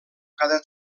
cada